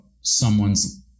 someone's